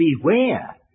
beware